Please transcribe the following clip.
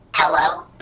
Hello